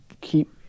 keep